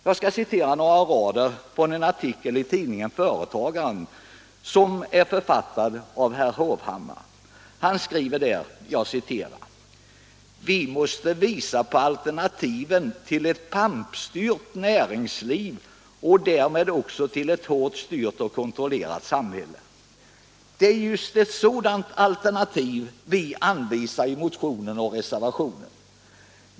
Jag skall citera några rader från en artikel i tidningen Företagaren, författad av herr Hovhammar: ”Vi måste visa på alternativen till eu pampstyrt näringsliv och därmed också till ett hårt styrt och kontrollerat samhälle.” | Det är just ett sådant alternativ vi anvisar i motionen och reservationen.